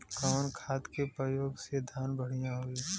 कवन खाद के पयोग से धान बढ़िया होई?